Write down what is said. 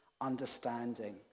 understanding